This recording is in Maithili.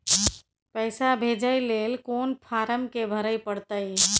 पैसा भेजय लेल कोन फारम के भरय परतै?